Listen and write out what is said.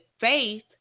faith